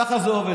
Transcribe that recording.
ככה זה עובד.